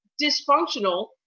dysfunctional